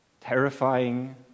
terrifying